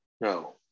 No